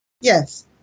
Yes